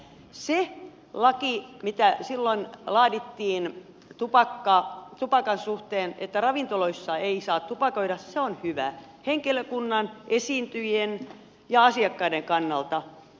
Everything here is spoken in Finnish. se laki mikä silloin laadittiin tupakan suhteen että ravintoloissa ei saa tupakoida on hyvä henkilökunnan esiintyjien ja asiakkaiden kannalta